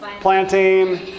planting